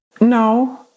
No